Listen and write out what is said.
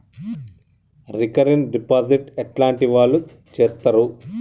Recurring deposit ఎట్లాంటి వాళ్లు చేత్తరు?